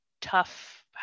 tough